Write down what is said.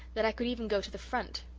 that i could even go to the front.